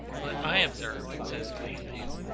but i observe, says cleanthes,